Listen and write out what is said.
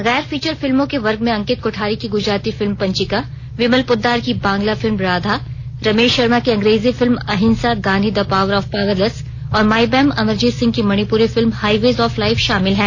गैर फीचर फिल्मों के वर्ग में अंकित कोठारी की गुजराती फिल्म पंचिका बिमल पोद्दार की बांग्ला फिल्म राधा रमेश शर्मा की अंग्रेजी film Ahimsa Gandhi the power of powerless और माईबैम अमरजीत सिंह की Manipuri film highways of life शामिल हैं